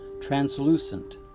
translucent